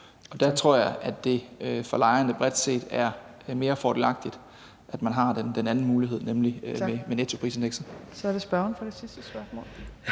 år. Der tror jeg, at det for lejerne bredt set er mere fordelagtigt, at man har den anden mulighed, nemlig med nettoprisindekset. Kl. 14:38 Tredje næstformand